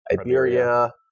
Iberia